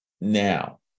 now